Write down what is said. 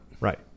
Right